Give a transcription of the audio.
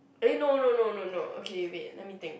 eh no no no no no okay wait let me think